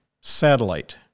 satellite